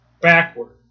backward